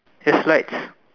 your slides